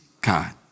God